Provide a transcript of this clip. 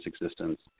existence